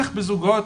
הנישואין,